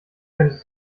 könntest